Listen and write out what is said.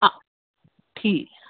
हां ठीक ऐ